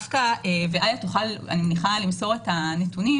איה תוכל, אני מניחה, למסור את הנתונים